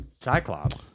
Cyclops